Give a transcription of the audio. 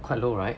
quite low right